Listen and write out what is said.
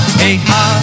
hey-ha